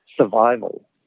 survival